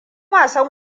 wasan